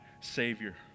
savior